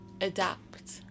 adapt